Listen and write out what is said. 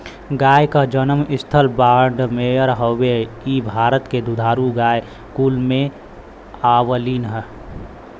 गाय क जनम स्थल बाड़मेर हउवे इ भारत के दुधारू गाय कुल में आवलीन